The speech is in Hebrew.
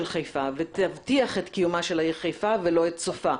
חיפה ותבטיח את קיומה של העיר חיפה ולא את סופה.